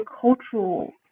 cultural